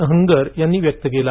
a hunger यांनी व्यक्त केला